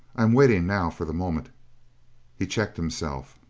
i am waiting now for the moment he checked himself.